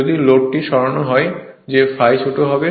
যদি লোডটি সরান যে ∅ ছোট হবে